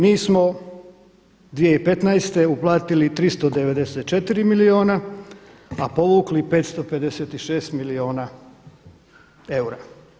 Mi smo 2015. uplatili 324 milijuna, a povukli 556 milijuna eura.